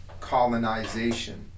colonization